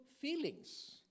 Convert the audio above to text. feelings